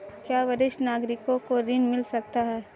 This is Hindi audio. क्या वरिष्ठ नागरिकों को ऋण मिल सकता है?